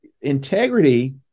integrity